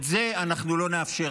את זה אנחנו לא נאפשר.